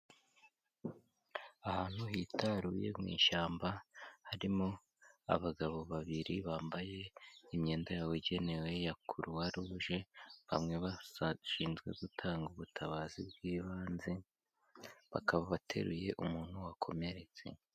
Ahantu hitaruye mu ishyamba, harimo abagabo babiri bambaye imyenda yabugenewe ya kuruwaruje, bamwe bashinzwe gutanga ubutabazi bw'ibanze, bakaba bateruye umuntu wakomeretse.